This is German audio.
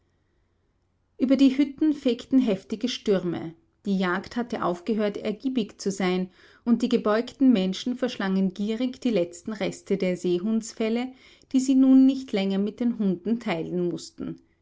über die hütten fegten heftige stürme die jagd hatte aufgehört ergiebig zu sein und die gebeugten menschen verschlangen gierig die letzten reste der seehundsfelle die sie nun nicht länger mit den hunden teilen mußten